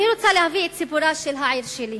אני רוצה להביא את סיפורה של העיר שלי,